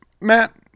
Matt